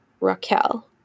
Raquel